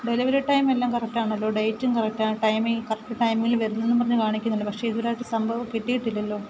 delivery ടൈമെല്ലാം correct ആണല്ലോ ഡേറ്റും കറക്റ്റാണ് ടൈമിങ് കറക്റ്റ് ടൈമിൽ വരുമെന്നും പറഞ്ഞ് കാണിക്കുന്നുണ്ട് പക്ഷെ ഇതുവരെ ആയിട്ടും സംഭവം കിട്ടിയിട്ടില്ലല്ലോ